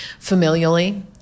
familially